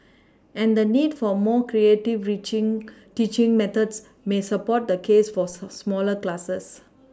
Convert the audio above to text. and the need for more creative reaching teaching methods may support the case for smaller classes